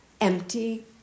empty